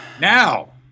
Now